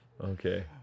Okay